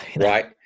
right